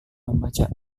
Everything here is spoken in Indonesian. membaca